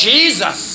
Jesus